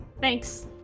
Thanks